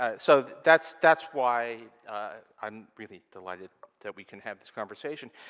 ah so that's that's why i'm really delighted that we can have this conversation,